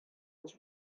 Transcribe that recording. was